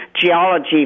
geology